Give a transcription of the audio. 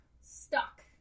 stuck